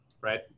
right